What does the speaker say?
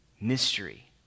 mystery